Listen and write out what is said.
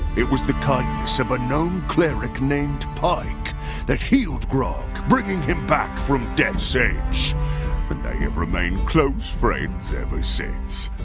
it was the kindness of a gnome cleric named pike that healed grog, bringing him back from death's edge. and but they have remained close friends ever since.